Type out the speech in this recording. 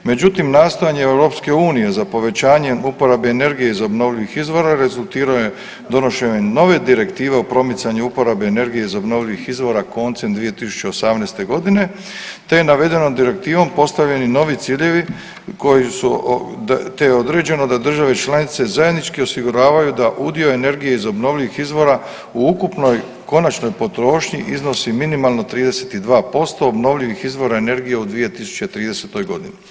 Međutim, nastojanje EU za povećanjem uporabe energije iz obnovljivih izvora rezultirao je donošenjem nove direktive o promicanju uporabe energije iz obnovljivih izvora koncem 2018.g., te je navedenom direktivom postavljeni novi ciljevi koji su, te je određeno da države članice zajednički osiguravaju da udio energije iz obnovljivih izvora u ukupnoj konačnoj potrošnji iznosi minimalno 32% obnovljivih izvora energije u 2030.g.